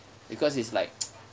because it's like